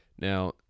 Now